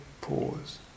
pause